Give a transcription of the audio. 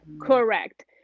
Correct